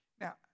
Now